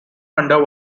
hunter